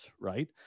right